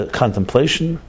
contemplation